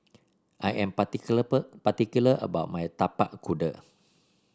I am particular about my Tapak Kuda